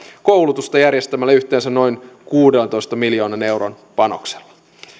vahvistetaan koulutusta järjestämällä nämä yhteensä noin kuudentoista miljoonan euron panoksella